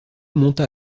monta